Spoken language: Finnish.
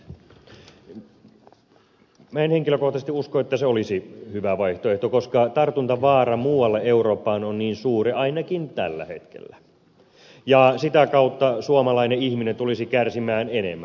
minä en henkilökohtaisesti usko että se olisi hyvä vaihtoehto koska tartuntavaara muualle eurooppaan on niin suuri ainakin tällä hetkellä ja sitä kautta suomalainen ihminen tulisi kärsimään enemmän